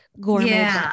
gourmet